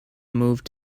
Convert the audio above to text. moved